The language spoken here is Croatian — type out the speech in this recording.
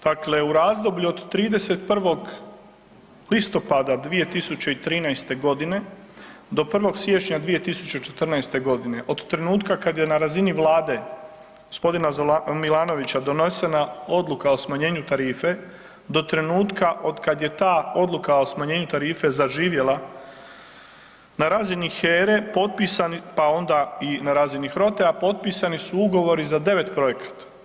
Dakle, u razdoblju od 31. listopada 2013.g. do 1. siječnja 2014.g. od trenutka kad je na razini vlade g. Milanovića donesena odluka o smanjenju tarife do trenutka otkad je ta odluka o smanjenju tarife zaživjela na razini HERA-e potpisan, pa onda i na razini HROTE-a potpisani su ugovori za 9 projekata.